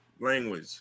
language